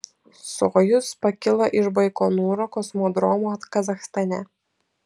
sojuz pakilo iš baikonūro kosmodromo kazachstane